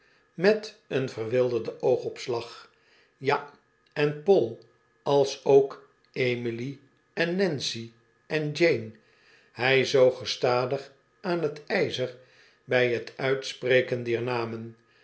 met een verwilderden oogopslag ja en poll alsook emily en nancy en jane hij zoog gestadig aan t ijzer bij t uitspreken dier namen